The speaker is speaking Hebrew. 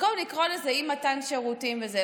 במקום לקרוא לזה אי-מתן שירותים וזה,